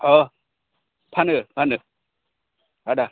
अह फानो फानो आदा